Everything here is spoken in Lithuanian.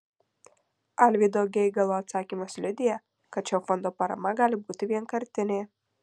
alvydo geigalo atsakymas liudija kad šio fondo parama gali būti vienkartinė